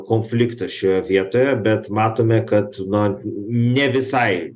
konfliktą šioje vietoje bet matome kad na ne visai